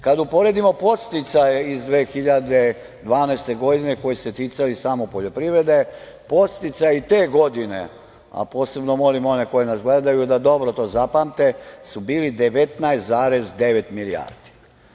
Kada uporedimo podsticaje iz 2012. godine koji su se ticali samo poljoprivrede, podsticaji te godine, a posebno molim one koji nas gledaju da dobro to zapamte, bili su 19,9 milijardi.